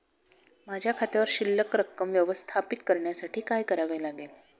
माझ्या खात्यावर शिल्लक रक्कम व्यवस्थापित करण्यासाठी काय करावे लागेल?